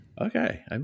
okay